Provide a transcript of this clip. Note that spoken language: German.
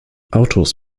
autos